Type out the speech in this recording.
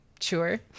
Sure